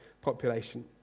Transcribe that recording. population